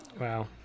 Wow